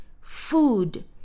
food